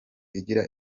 igira